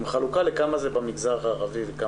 עם חלוקה לכמה זה במגזר הערבי וכמה במגזר היהודי.